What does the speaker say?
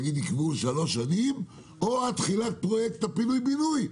נגיד שיקבעו שלוש שנים או עד תחילת פרויקט הפינוי-בינוי,